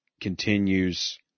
continues